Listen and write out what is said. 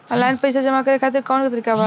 Online पइसा जमा करे खातिर कवन तरीका बा?